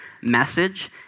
message